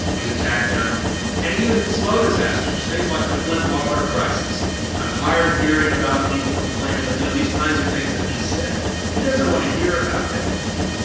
he's attacked them and even slow disasters, things like the flint water crisis i'm tired of hearing about people complaining about, you know, these kinds of things that he's said he doesn't want to hear about it.